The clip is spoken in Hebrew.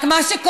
רק מה שקורה,